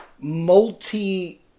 multi